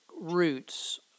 roots